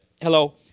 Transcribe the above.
Hello